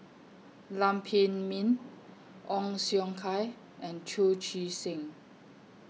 Lam Pin Min Ong Siong Kai and Chu Chee Seng